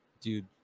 Dude